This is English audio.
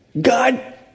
God